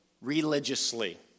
religiously